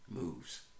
moves